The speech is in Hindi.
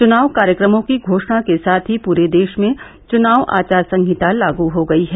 चुनाव कार्यक्रमों की घोशणा के साथ ही पूरे देष में चुनाव आचार संहिता लागू हो गयी है